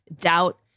doubt